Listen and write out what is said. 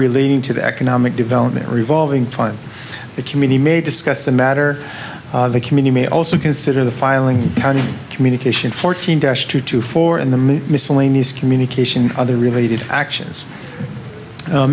relating to the economic development revolving fund it committee may discuss the matter the community may also consider the filing communication fourteen dash two to four in the miscellaneous communication other related actions